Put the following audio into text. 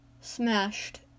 smashed